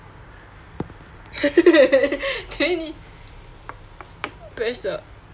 press the